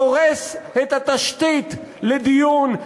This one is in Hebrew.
שהורס את התשתית לדיון,